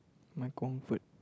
my comfort